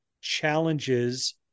challenges